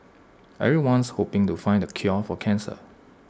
everyone's hoping to find the cure for cancer